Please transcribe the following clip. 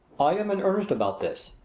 i am in earnest about this.